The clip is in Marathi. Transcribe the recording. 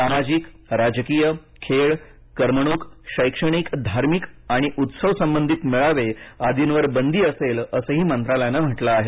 सामाजिक राजकीय खेळ करमणूक शैक्षणिक धार्मिक आणि उत्सव संबंधित मेळावे आदीवर बंदी असेल असंही मंत्रालयाने म्हटलं आहे